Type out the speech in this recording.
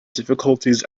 difficulties